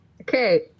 Okay